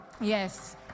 yes